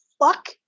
fuck